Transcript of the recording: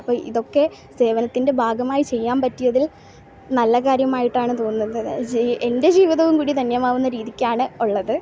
അപ്പോൾ ഇതൊക്കെ സേവനത്തിൻ്റെ ഭാഗമായി ചെയ്യാൻ പറ്റിയതിൽ നല്ല കാര്യമായിട്ടാണ് തോന്നുന്നത് എൻ്റെ ജീവിതം കൂടി ധന്യമാകുന്ന രീതിക്കാണ് ഉള്ളത്